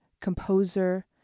composer